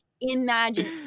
imagine